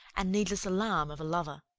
and needless alarm of a lover.